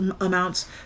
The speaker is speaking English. amounts